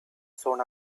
soon